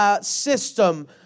system